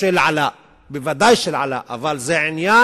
העניין של עלא, בוודאי של עלא, אבל זה עניינו